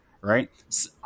right